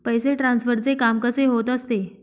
पैसे ट्रान्सफरचे काम कसे होत असते?